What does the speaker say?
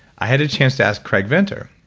i had a chance to ask craig venter.